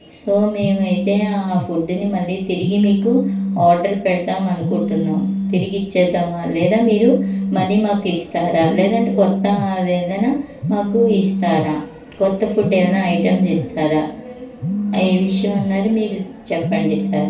so మేము అయితే ఆ ఫుడ్డుని మళ్ళీ తిరిగి మీకు ఆర్డర్ పెడదామని అనుకుంటున్నాము తిరిగిచేద్దామా లేదా మీరు మనీ మాకు ఇస్తారా లేదంటే కొత్త అది ఏదన్నా మాకు ఇస్తారా కొత్త ఫుడ్ ఏదన్న ఐటమ్ చేస్తారా ఏ విషయం అన్నది మీరు చెప్పండి సార్